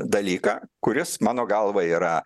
dalyką kuris mano galva yra